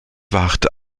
wacht